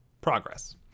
Progress